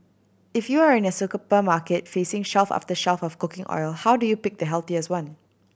if you are in a market facing shelf after shelf of cooking oil how do you pick the healthiest one